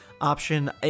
option